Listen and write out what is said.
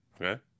okay